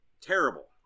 terrible